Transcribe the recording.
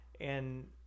And-